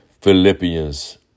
Philippians